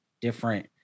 different